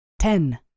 Ten